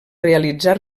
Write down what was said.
realitzar